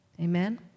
Amen